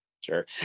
sure